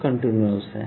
continuous है